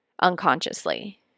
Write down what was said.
unconsciously